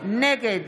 נגד